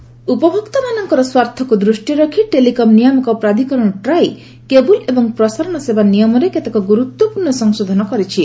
TRAI ଉପଭୋକ୍ତାମାନଙ୍କର ସ୍ୱାର୍ଥକୁ ଦୃଷ୍ଟିରେ ରଖି ଟେଲିକମ୍ ନିୟାମକ ପ୍ରାଧିକରଣ ଟ୍ରାଇ କେବୁଲ୍ ଏବଂ ପ୍ରସାରଣ ସେବା ନିୟମରେ କେତେକ ଗୁରୁତ୍ୱପୂର୍ଣ୍ଣ ସଂଶୋଧନ କରିଛି